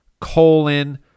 colon